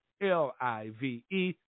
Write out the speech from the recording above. L-I-V-E